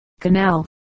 canal